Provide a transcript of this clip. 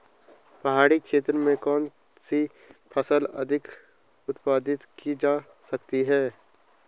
पहाड़ी क्षेत्र में कौन सी फसल अधिक उत्पादित की जा सकती है?